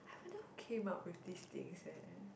I wouldn't came up with these things eh